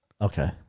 okay